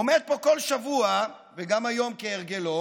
עומד פה כל שבוע, וגם היום, כהרגלו,